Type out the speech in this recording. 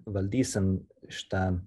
valdysim šitą